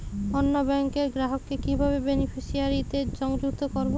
অন্য ব্যাংক র গ্রাহক কে কিভাবে বেনিফিসিয়ারি তে সংযুক্ত করবো?